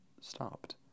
stopped